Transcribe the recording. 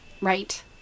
Right